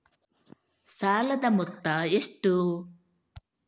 ಸಾಲದ ಮೊತ್ತ ಎಷ್ಟು?